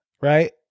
right